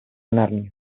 narnia